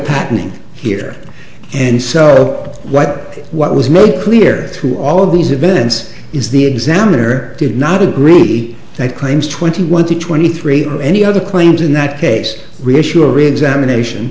patterning here and so what what was made clear through all of these events is the examiner did not agreed that claims twenty one to twenty three or any other claims in that case reassure examination